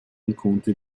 incontri